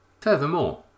Furthermore